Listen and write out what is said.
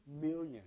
million